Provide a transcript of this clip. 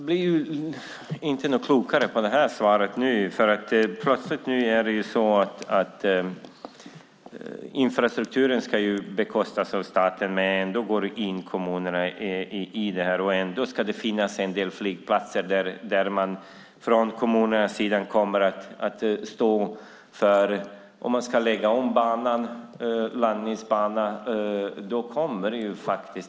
Herr talman! Jag blir inte klokare av det svaret. Nu ska infrastrukturen plötsligt bekostas av staten, men ändå går kommunerna in i detta och det ska finnas flygplatser där kommunerna bestämmer om man ska lägga om landningsbanan.